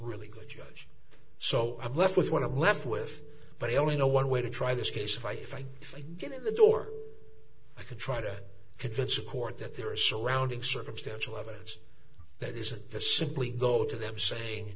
really good judge so i'm left with what i'm left with but i only know one way to try this case if i if i get in the door i can try to convince the court that there are surrounding circumstantial evidence that isn't simply go to them saying